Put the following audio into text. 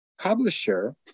publisher